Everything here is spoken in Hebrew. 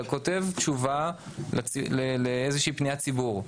אתה כותב תשובה לאיזושהי פניית ציבור,